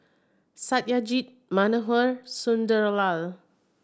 Satyajit Manohar Sunderlal